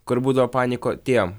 kur būdavo paniko tie